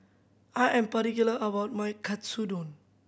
I am particular about my Katsudon